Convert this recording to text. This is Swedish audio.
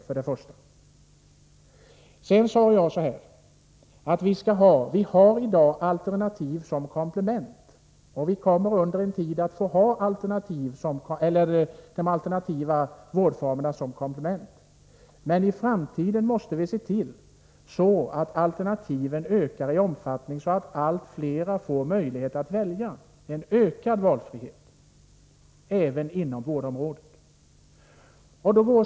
Jag sade att vi i dag har alternativa vårdformer som komplement, och vi kommer under en tid att fortsätta att ha det. Men i framtiden måste vi se till att alternativen ökar i omfattning, så att allt flera får möjlighet att välja, dvs. att vi skapar en ökad valfrihet även inom vårdområdet.